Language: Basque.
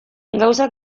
gauzak